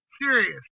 serious